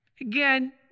Again